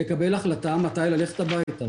וההחלטות מתקבלות בדרגות הכי גבוהות.